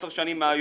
עשר שנים מהיום,